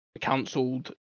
cancelled